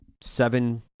seven